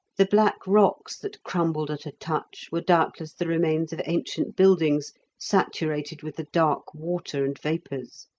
the black rocks that crumbled at a touch were doubtless the remains of ancient buildings saturated with the dark water and vapours.